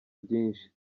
byinshi